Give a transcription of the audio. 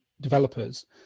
developers